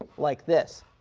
like this.